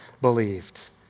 believed